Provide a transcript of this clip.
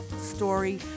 story